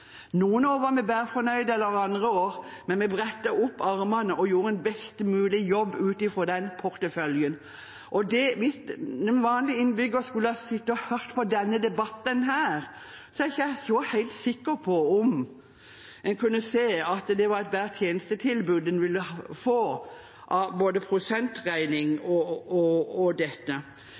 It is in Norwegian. andre år, men vi brettet opp ermene og gjorde en best mulig jobb ut fra den porteføljen en hadde. Hvis en vanlig innbygger skulle ha sittet og hørt på denne debatten, er jeg ikke så sikker på om en ville se et bedre tjenestetilbud ut fra både prosentregning og annet. For det vi er i ferd med å gjøre, er å snakke kommunene ned, snakke kommunenes tjenester ned. Vi må snakke kommunene opp, og